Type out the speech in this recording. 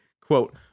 Quote